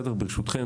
ברשותכם,